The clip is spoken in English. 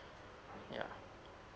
yeah